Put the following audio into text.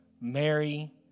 Mary